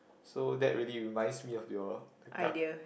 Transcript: so that really reminds me of your the ka~